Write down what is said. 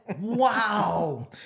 Wow